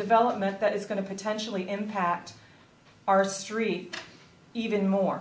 development that is going to potentially impact our street even more